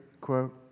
quote